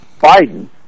Biden